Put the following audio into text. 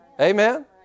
Amen